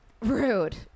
Rude